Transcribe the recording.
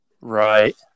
Right